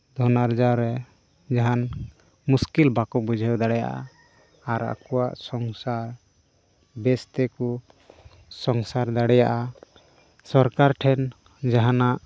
ᱫᱷᱚᱱ ᱟᱨᱡᱟᱣ ᱨᱮ ᱡᱟᱦᱟᱱ ᱢᱩᱥᱠᱤᱞ ᱵᱟᱠᱚ ᱵᱩᱡᱷᱟᱹᱣ ᱫᱟᱲᱮᱭᱟᱜᱼᱟ ᱟᱨ ᱟᱠᱚᱣᱟᱜ ᱥᱚᱝᱥᱟᱨ ᱵᱮᱹᱥ ᱛᱮᱠᱚ ᱥᱚᱝᱥᱟᱨ ᱫᱟᱲᱮᱭᱟᱜᱼᱟ ᱥᱚᱨᱠᱟᱨ ᱴᱷᱮᱱ ᱡᱟᱦᱟᱱᱟᱜ